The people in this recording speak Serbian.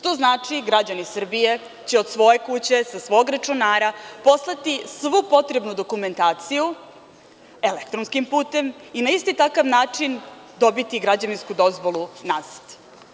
To znači da će građani Srbije od svoje kuće, sa svog računara poslati svu potrebnu dokumentaciju elektronskim putem i na isti takav način dobiti građevinsku dozvolu nazad.